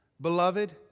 Beloved